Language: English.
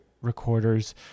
recorders